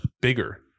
bigger